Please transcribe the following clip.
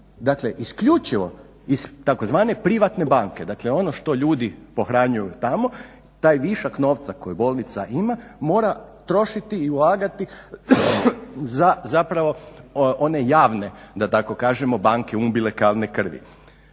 dakle isključivo iz tzv. privatne banke, dakle ono što ljudi pohranjuju tamo, taj višak novca što bolnica ima mora trošiti i ulagati za zapravo one javne da tako kažemo banke umbilikalne krvi.